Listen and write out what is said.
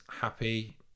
happy